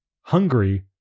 Hungary